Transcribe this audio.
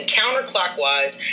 counterclockwise